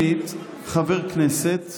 שנית, חבר הכנסת